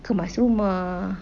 kemas rumah